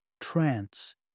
trance